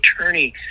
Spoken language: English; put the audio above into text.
attorney